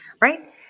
right